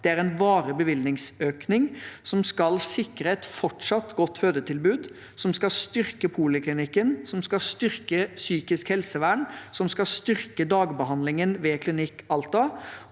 Det er en varig bevilgningsøkning som skal sikre et fortsatt godt fødetilbud, som skal styrke poliklinikken, som skal styrke psykisk helsevern, og som skal styrke dagbehandlingen ved Klinikk Alta.